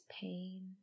pain